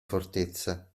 fortezza